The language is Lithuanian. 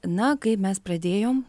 na kai mes pradėjom